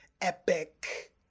epic